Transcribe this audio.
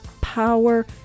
power